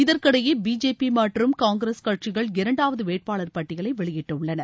இதற்கிடையே பிஜேபிமற்றும் காங்கிரஸ் கட்சிகள் இரண்டாவதுவேட்பாளர் பட்டயலைவெளியிட்டுள்ளன